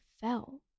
fell